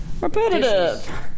repetitive